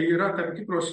yra tam tikros